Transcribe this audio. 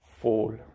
fall